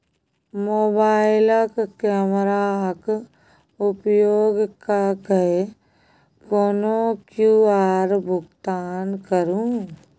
मोबाइलक कैमराक उपयोग कय कए कोनो क्यु.आर भुगतान करू